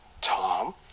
Tom